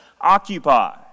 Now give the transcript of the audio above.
occupy